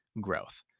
growth